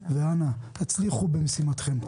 ואנא, הצליחו במשימתכם.